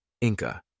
Inca